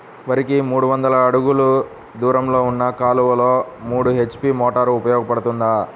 వరికి మూడు వందల అడుగులు దూరంలో ఉన్న కాలువలో మూడు హెచ్.పీ మోటార్ ఉపయోగపడుతుందా?